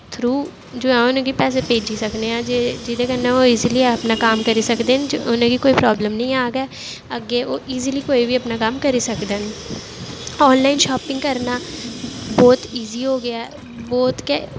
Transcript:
through जो ऐ उ'नेंगी पैसे भेजी सकने आं जे जेह्दे कन्नै ओह् ईजली अपना कम्म करी सकदे न उ'नेंगी कोई प्राब्लम निं आह्ग ऐ अग्गें ओह् ईजली कोई बी अपना कम्म करी सकदे न आनलाइन शापिंग करना बौह्त ईजी हो गेआ ऐ बौह्त गै